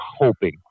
hoping